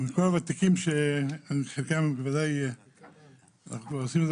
כל הוותיקים שאיתם אנחנו עושים את זה